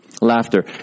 Laughter